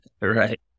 Right